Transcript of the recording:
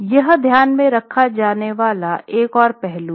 यह ध्यान में रखा जाने वाला एक और पहलू है